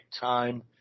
time